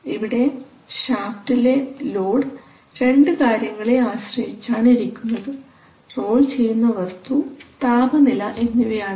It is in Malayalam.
ഇവിടെ ഷാഫ്റ്റിലെ ലോഡ് രണ്ടു കാര്യങ്ങളെ ആശ്രയിച്ചാണിരിക്കുന്നത് റോൾ ചെയ്യുന്ന വസ്തു താപനില എന്നിവയാണവ